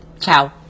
ciao